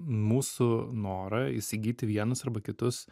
mūsų norą įsigyti vienus arba kitus